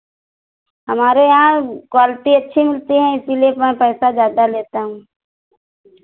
हमारे यहाँ क्वालिटी अच्छी मिलती है इसीलिए मैं पैसा ज़्यादा लेता हूँ